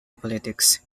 politics